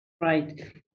Right